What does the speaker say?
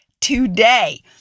today